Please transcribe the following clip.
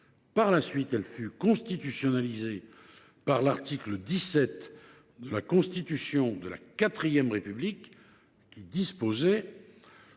Par la suite, cette règle fut constitutionnalisée par l’article 17 de la Constitution de la IV République, qui disposait